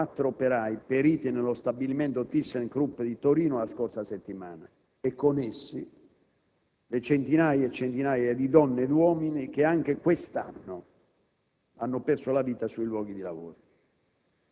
un momento di riflessione e di raccoglimento per ricordare i quattro operai periti nello stabilimento ThyssenKrupp di Torino la scorsa settimana e con essi le centinaia e centinaia di donne e uomini che, anche quest'anno,